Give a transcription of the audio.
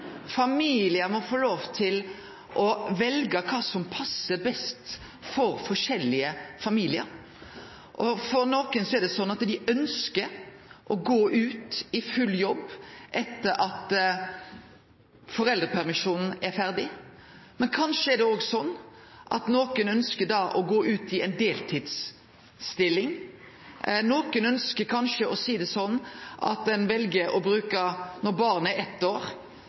Familiar må få lov til å velje kva som passar best for forskjellige familiar. Nokre ønskjer å gå ut i full jobb etter at foreldrepermisjonen er over. Nokon ønskjer kanskje å gå ut i ei deltidsstilling. Nokon vel kanskje – når barnet er eitt år – å bruke kontantstøtta ein eller to dagar i veka og barnehagen tre eller fire dagar i veka. Sidan statsministeren er